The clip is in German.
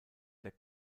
der